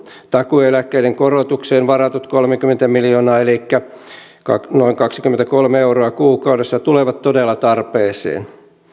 takuueläkkeiden korotukseen varatut kolmekymmentä miljoonaa elikkä noin kaksikymmentäkolme euroa kuukaudessa tulevat todella tarpeeseen